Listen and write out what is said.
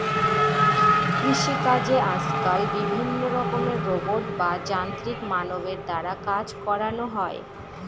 কৃষিকাজে আজকাল বিভিন্ন রকমের রোবট বা যান্ত্রিক মানবের দ্বারা কাজ করানো হয়